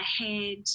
ahead